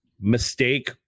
mistake